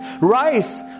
Rise